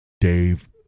Dave